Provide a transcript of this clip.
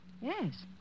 Yes